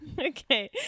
Okay